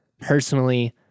Personally